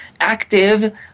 active